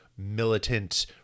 Militant